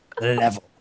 level